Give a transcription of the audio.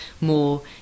more